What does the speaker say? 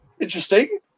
interesting